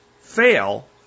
fail